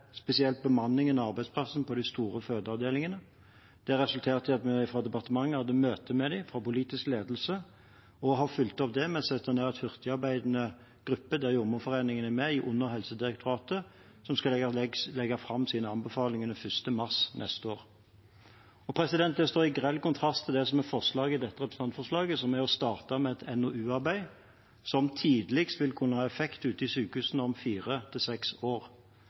spesielt bemanningen på arbeidsplassen ved de store fødeavdelingene. Det resulterte i at politisk ledelse i departementet hadde møte med dem, og vi har fulgt opp det. Vi har satt ned en hurtigarbeidende gruppe der Jordmorforeningen er med, under Helsedirektoratet, og den skal legge fram sin anbefaling 1. mars neste år. Det står i grell kontrast til forslaget i dette representantforslaget, som er å starte med et NOU-arbeid som tidligst vil kunne ha effekt ute i sykehusene om fire–seks år. Her vil vi kunne få resultater allerede tidlig neste år.